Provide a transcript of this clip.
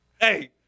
hey